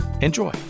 enjoy